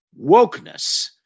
Wokeness